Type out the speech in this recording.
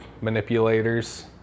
manipulators